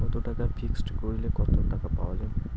কত টাকা ফিক্সড করিলে কত টাকা পাওয়া যাবে?